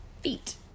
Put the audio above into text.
feet